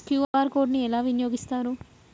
QR code ని ఎలా వినియోగిస్తారు?